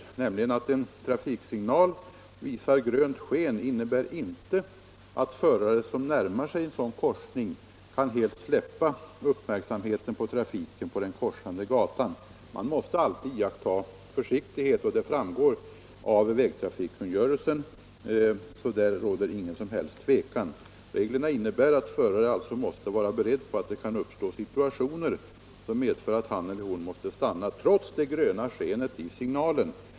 Den omständigheten att en trafiksignal visar grönt ljus innebär inte att förare som närmar sig en sådan korsning helt kan släppa uppmärksamheten på trafiken på den korsande gatan. Man måste alltid iaktta försiktighet, och det framgår av vägkungörelsen. Därvidlag råder det alltså ingen tvekan. Reglerna innebär att föraren måste vara beredd på att det kan uppstå situationer som medför att han eller hon måste stanna trots det gröna skenet i signalen.